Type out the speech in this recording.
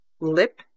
lip